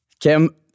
Kim